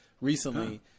recently